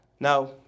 Now